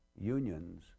unions